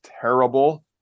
terrible